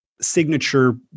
signature